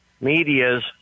media's